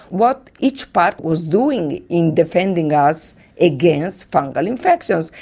what each part was doing in defending us against fungal infections.